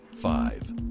five